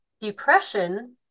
depression